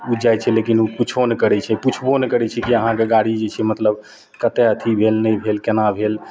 ओ जाइ छै लेकिन ओ किछु नहि करै छै पुछ्बो नहि करै छै कि जे अहाँके गाड़ी जे छै मतलब कतए अथी भेल नहि भेल कोना भेल